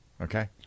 Okay